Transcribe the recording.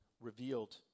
revealed